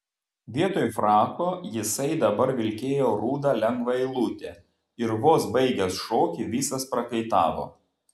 vietoj frako jisai dabar vilkėjo rudą lengvą eilutę ir vos baigęs šokį visas prakaitavo